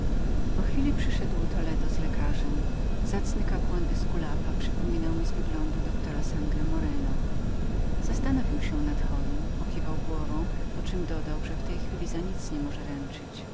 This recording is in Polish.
po chwili wrócił toledo z lekarzem zacny kapłan eskulapa przypomniał mi z postaci doktora sangra morena zastanowił się nad chorym pokiwał głową poczem dodał że w tej chwili za nic nie mógł ręczyć